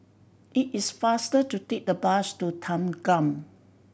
it is faster to take the bus to Thanggam